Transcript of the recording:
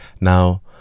Now